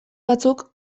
batzuk